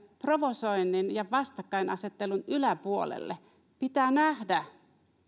provosoinnin ja vastakkainasettelun yläpuolelle pitää nähdä